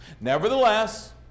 Nevertheless